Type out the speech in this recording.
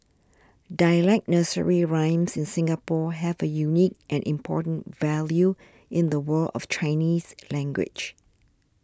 dialect nursery rhymes in Singapore have a unique and important value in the world of Chinese language